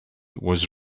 was